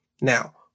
now